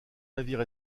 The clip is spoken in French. navires